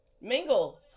mingle